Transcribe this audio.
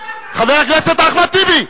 חבר הכנסת חרמש.